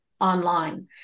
online